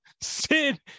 Sid